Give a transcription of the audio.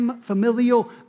familial